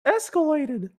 escalated